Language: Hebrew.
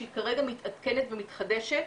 שכרגע מתעדכנת ומתחדשת,